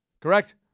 Correct